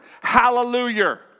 hallelujah